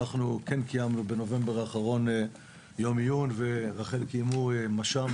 קיימנו בנובמבר האחרון יום עיון ורח"ל קיימו מש"מ